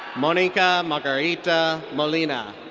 monica margarita molina.